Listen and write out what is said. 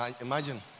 Imagine